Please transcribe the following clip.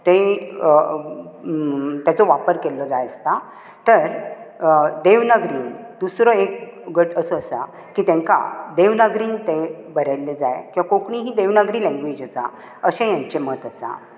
तेचो वापर केल्लो जाय आसता तर देवनागरींत दुसरो एक गट असो आसा की तेंकां देवनागरींत ते बरयल्ले जाय कोंकणी ही देवनागरी लेंगवेज आसा असे हेंचे मत आसा